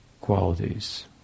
qualities